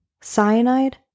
Cyanide